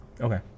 Okay